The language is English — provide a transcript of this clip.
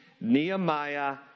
Nehemiah